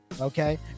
okay